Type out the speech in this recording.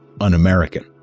un-American